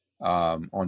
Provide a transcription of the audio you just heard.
on